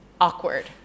awkward